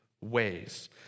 ways